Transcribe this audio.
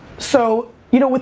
so, you know, but